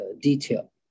detail